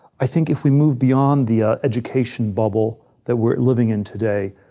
i think if we move beyond the ah education bubble that we're living in today,